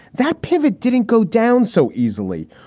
that pivot didn't go down so easily.